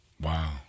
Wow